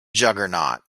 juggernaut